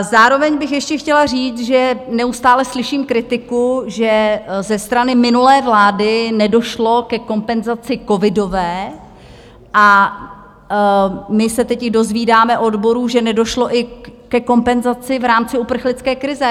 Zároveň bych ještě chtěla říct, že neustále slyším kritiku, že ze strany minulé vlády nedošlo ke kompenzaci covidové, a my se teď dozvídáme , že nedošlo i ke kompenzaci v rámci uprchlické krize.